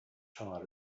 charred